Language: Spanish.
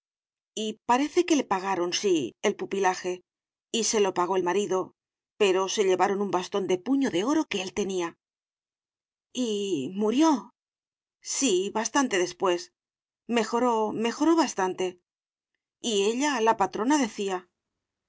y parece que le pagaron sí el pupilaje y se lo pagó el marido pero se llevaron un bastón de puño de oro que él tenía y murió sí bastante después mejoró mejoró bastante y ella la patrona decía